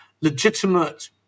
legitimate